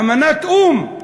אמנת או"ם,